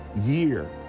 year